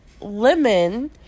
lemon